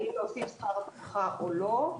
אם להוסיף שכר טרחה או לא?